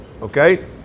okay